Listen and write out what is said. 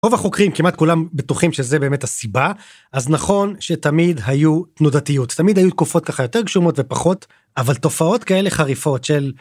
רוב החוקרים כמעט כולם בטוחים שזה באמת הסיבה אז נכון שתמיד היו תנודתיות תמיד היו תקופות ככה יותר גשומות ופחות, אבל תופעות כאלה חריפות של